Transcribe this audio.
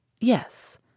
Yes